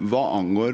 Hva angår